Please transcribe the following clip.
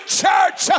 church